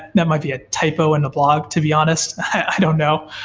that might be a typo in the blog, to be honest, i don't know.